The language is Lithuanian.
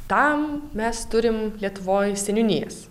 tam mes turim lietuvoj seniūnijas